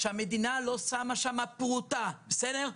שהמדינה לא שמה שם פרוטה, בסדר?